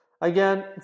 Again